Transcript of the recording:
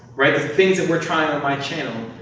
right? the things that we're trying on my channel,